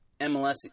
MLS